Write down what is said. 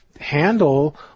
handle